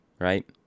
right